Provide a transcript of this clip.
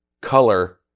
color